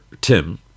Tim